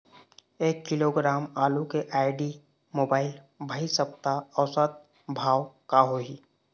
एक किलोग्राम आलू के आईडी, मोबाइल, भाई सप्ता औसत भाव का होही?